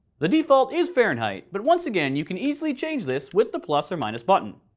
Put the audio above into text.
the default is fahrenheit but once again you can easily change this with the plus or minus button.